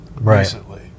recently